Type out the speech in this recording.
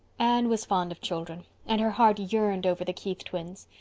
anne was fond of children and her heart yearned over the keith twins.